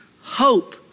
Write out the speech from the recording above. hope